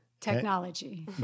Technology